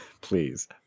Please